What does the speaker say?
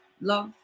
love